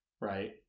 right